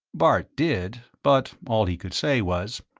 bart did, but all he could say was,